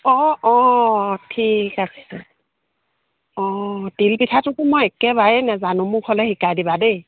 অঁ অঁ ঠিক আছে অঁ তিলপিঠাটোতো মই একেবাৰেই নাজানো মোক হ'লে শিকাই দিবা দেই